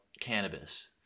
cannabis